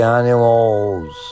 animals